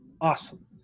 Awesome